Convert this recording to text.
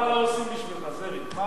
מה לא עושים בשבילך, זאביק.